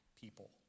people